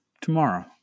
tomorrow